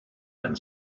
and